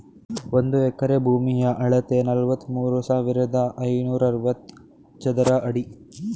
ಒಂದು ಎಕರೆ ಭೂಮಿಯ ಅಳತೆ ನಲವತ್ಮೂರು ಸಾವಿರದ ಐನೂರ ಅರವತ್ತು ಚದರ ಅಡಿ